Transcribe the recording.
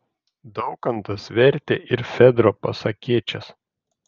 daukantas vertė ir fedro pasakėčias